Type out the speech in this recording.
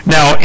Now